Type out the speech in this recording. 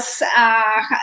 Yes